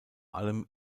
allem